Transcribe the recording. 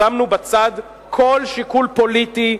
שמנו בצד כל שיקול פוליטי,